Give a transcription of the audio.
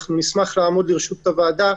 אנחנו נשמח לעמוד לרשות הוועדה,